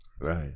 right